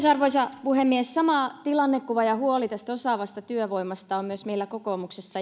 arvoisa puhemies sama tilannekuva ja huoli tästä osaavasta työvoimasta on myös meillä kokoomuksessa